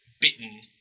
bitten